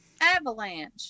Avalanche